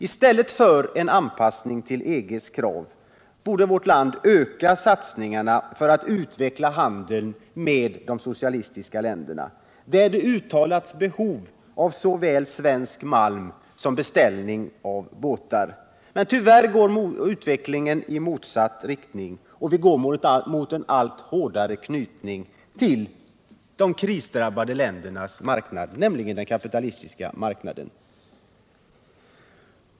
I stället för en anpassning till EG:s krav borde vårt land öka satsningarna på att utveckla handeln med de socialistiska länderna, där det har uttalats behov av såväl svensk malm som beställningar av båtar. Men tyvärr går utvecklingen i motsatt riktning, och vi går mot en allt hårdare knytning till de krisdrabbade ländernas marknad, nämligen den kapitalistiska marknaden.